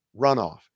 runoff